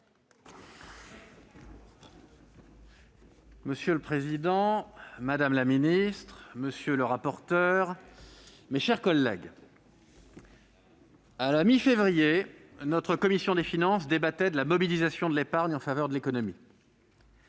Monsieur le président, madame la secrétaire d'État, mes chers collègues, à la mi-février, notre commission des finances débattait de la mobilisation de l'épargne en faveur de l'économie.